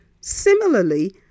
Similarly